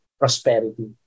prosperity